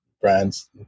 brands